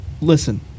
Listen